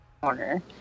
corner